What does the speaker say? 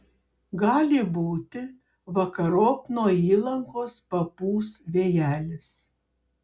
gali būti vakarop nuo įlankos papūs vėjelis